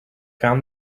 found